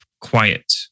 quiet